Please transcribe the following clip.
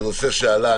זה נושא שעלה.